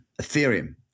Ethereum